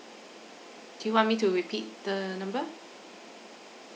do you want me to repeat the number